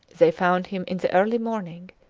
they found him in the early morning,